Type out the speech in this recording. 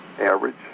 average